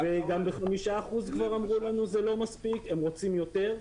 גם 5% זה לא מספיק, הם רוצים יותר.